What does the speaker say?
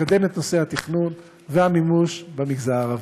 לקדם את נושא התכנון והמימוש במגזר הערבי.